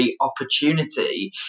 opportunity